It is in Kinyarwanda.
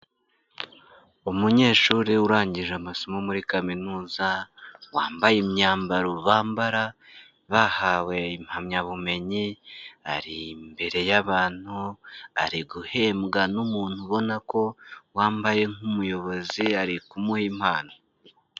Umunyeshuri urangije amasomo muri Kaminuza, wambaye imyambaro bambara bahawe impamyabumenyi, ari imbere y'abantu, ariguhembwa n'umuntu ubona ko wambaye nk'umuyobozi, ari kumuha impano.